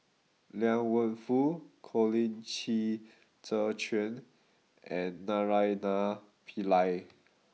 Liang Wenfu Colin Qi Zhe Quan and Naraina Pillai